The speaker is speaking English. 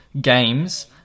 games